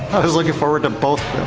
i was looking forward to both